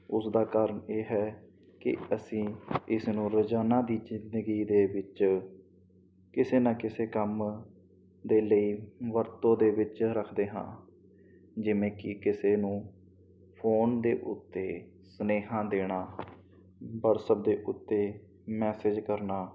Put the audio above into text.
ਉਸ ਦਾ ਕਾਰਨ ਇਹ ਹੈ ਕਿ ਅਸੀਂ ਇਸ ਨੂੰ ਰੋਜ਼ਾਨਾ ਦੀ ਜ਼ਿੰਦਗੀ ਦੇ ਵਿੱਚ ਕਿਸੇ ਨਾ ਕਿਸੇ ਕੰਮ ਦੇ ਲਈ ਵਰਤੋਂ ਦੇ ਵਿੱਚ ਰੱਖਦੇ ਹਾਂ ਜਿਵੇਂ ਕਿ ਕਿਸੇ ਨੂੰ ਫੋਨ ਦੇ ਉੱਤੇ ਸੁਨੇਹਾ ਦੇਣਾ ਵਟਸਅਪ ਦੇ ਉੱਤੇ ਮੈਸੇਜ ਕਰਨਾ